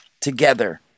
together